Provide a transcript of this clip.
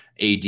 AD